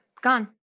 Gone